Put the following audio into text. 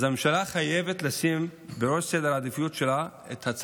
הממשלה חייבת לשים בראש סדר העדיפויות שלה את העניין של